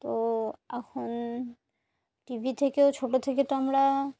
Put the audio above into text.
তো এখন TV থেকেও ছোট থেকে তো আমরা